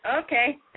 Okay